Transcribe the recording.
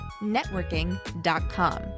networking.com